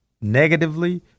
negatively